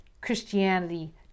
Christianity